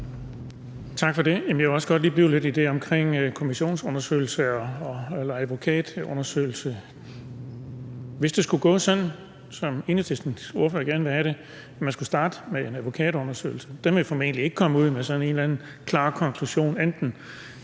Tak for det. Jeg vil også gerne blive lidt ved det med kommissionsundersøgelse eller advokatundersøgelse. Hvis det skulle gå sådan, som Enhedslistens ordfører gerne vil have det, nemlig at man skulle starte med en advokatundersøgelse, ville den formentlig ikke komme ud med en eller anden klar konklusion i enten